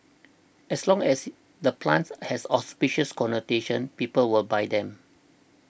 as long as the plants has auspicious connotations people will buy them